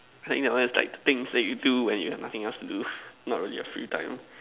I think that one is like the things that you do when you have nothing else to do not really your free time